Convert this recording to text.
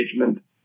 engagement